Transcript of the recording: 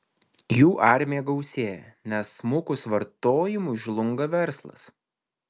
jų armija gausėja nes smukus vartojimui žlunga verslas